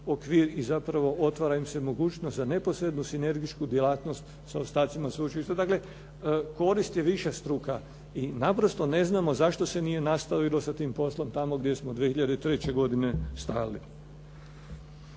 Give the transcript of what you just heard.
i zapravo otvara im se mogućnost za neposrednu sinergičku djelatnost sa ostacima sveučilišta. Dakle, korist je višestruka i naprosto ne znamo zašto se nije nastavilo sa tim poslom tako gdje smo 2003. godine stali.